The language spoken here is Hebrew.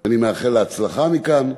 ואני מאחל לה הצלחה מכאן,